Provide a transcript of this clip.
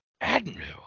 Admiral